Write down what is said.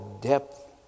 depth